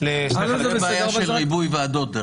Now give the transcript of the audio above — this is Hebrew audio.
--- זו בעיה של ריבוי ועדות.